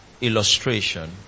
illustration